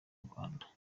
rwanda